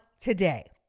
today